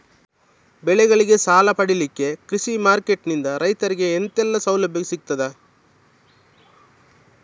ಬೆಳೆಗಳಿಗೆ ಸಾಲ ಪಡಿಲಿಕ್ಕೆ ಕೃಷಿ ಮಾರ್ಕೆಟ್ ನಿಂದ ರೈತರಿಗೆ ಎಂತೆಲ್ಲ ಸೌಲಭ್ಯ ಸಿಗ್ತದ?